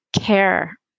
care